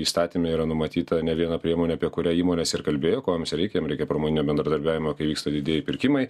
įstatyme yra numatyta ne viena priemonė apie kurią įmonės ir kalbėjo ko joms reikia jom reikia pramoninio bendradarbiavimo kai vyksta didieji pirkimai